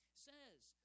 says